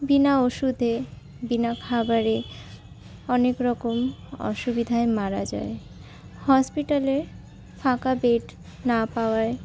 বিনা ওষুধে বিনা খাবারে অনেক রকম অসুবিধায় মারা যায় হসপিটালে ফাঁকা বেড না পাওয়ায়